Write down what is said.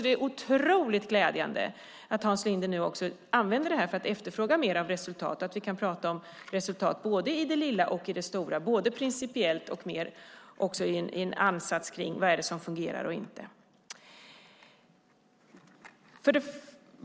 Det är otroligt glädjande att Hans Linde nu också använder det här för att efterfråga mer av resultat, att vi kan prata om resultat både i det lilla och i det stora, både principiellt och i en ansats kring vad det är som fungerar och inte.